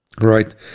right